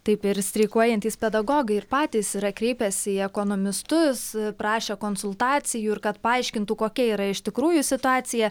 taip ir streikuojantys pedagogai ir patys yra kreipęsi į ekonomistus prašė konsultacijų ir kad paaiškintų kokia yra iš tikrųjų situacija